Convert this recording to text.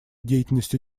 деятельностью